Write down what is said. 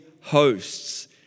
hosts